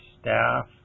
staff